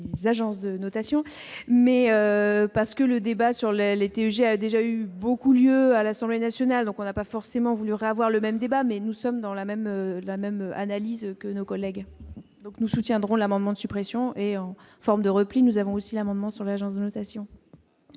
agences de notation, mais parce que le débat sur le l'été j'ai déjà eu beaucoup lieu à l'Assemblée nationale, donc on n'a pas forcément voulurent avoir le même débat mais nous sommes dans la même la même analyse que nos collègues donc nous soutiendrons l'amendement de suppression et en forme de repli, nous avons aussi l'amendement sur l'agence de notation.